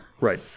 Right